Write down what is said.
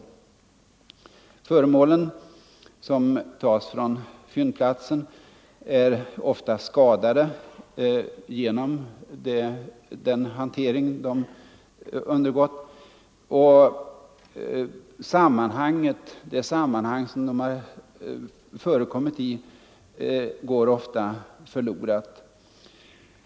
De föremål som tas från fyndplatsen blir ofta skadade genom den hantering de undergått, och det sammanhang som de förekommit i går många gånger förlorat.